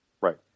Right